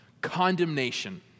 Condemnation